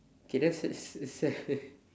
K that that's சரி:sari